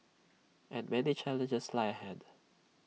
and many challenges lie ahead